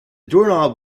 doorknob